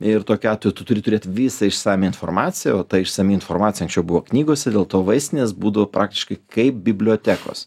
ir tokiu atveju tu turi turėt visą išsamią informaciją o ta išsami informacija anksčiau buvo knygose dėl to vaistinės būdavo praktiškai kaip bibliotekos